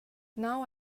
now